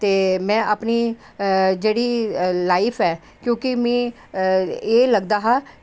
ते में अपनी जेह्ड़ी लाईफ ऐ क्योंकि मिगी एह् लगदा हा